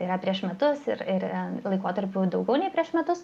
yra prieš metus ir ir laikotarpiu daugiau nei prieš metus